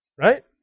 Right